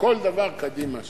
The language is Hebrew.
כל דבר קדימה אשמה.